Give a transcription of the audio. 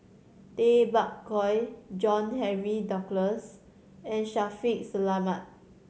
Tay Bak Koi John Henry Duclos and Shaffiq Selamat